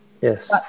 Yes